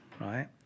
right